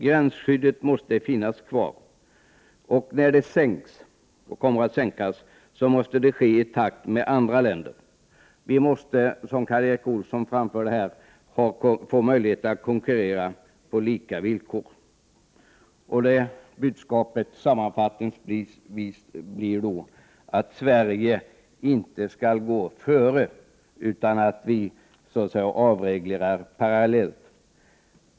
Gränsskyddet måste finnas kvar. När skyddet sänks måste det ske i takt med andra länders åtgärder. Vi måste, som Karl Erik Olsson framförde, få möjligheter att konkurrera på lika villkor. Budskapet blir sammanfattningsvis att Sverige inte skall gå före, utan vi bör avreglera parallellt.